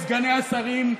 לא לגבי סגני השרים,